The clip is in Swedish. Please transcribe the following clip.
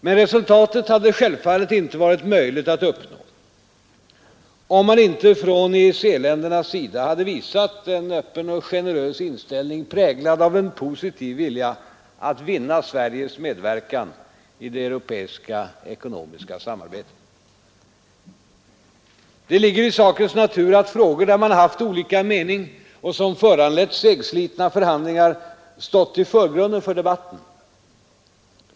Men resultatet hade självfallet inte varit möjligt att uppnå, om man inte från EEC-ländernas sida hade visat en Öppen och generös inställning, präglad av en positiv vilja att vinna Sveriges medverkan i det europeiska ekonomiska samarbetet. 85 Det ligger i sakens natur att frågor, där man haft olika mening och som föranlett segslitna förhandlingar, stått i förgrunden för debatten.